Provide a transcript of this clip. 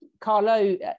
Carlo